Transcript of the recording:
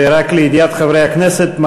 ורק לידיעת חברי הכנסת,